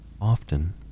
Often